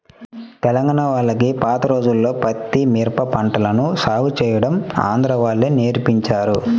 తెలంగాణా వాళ్లకి పాత రోజుల్లో పత్తి, మిరప పంటలను సాగు చేయడం ఆంధ్రా వాళ్ళే నేర్పించారు